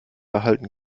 erhalten